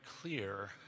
clear